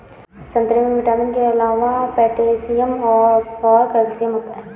संतरे में विटामिन के अलावा पोटैशियम और कैल्शियम होता है